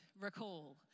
recall